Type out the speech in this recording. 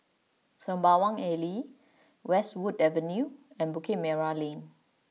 Sembawang Alley Westwood Avenue and Bukit Merah Lane